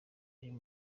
ayo